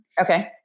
Okay